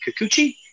Kikuchi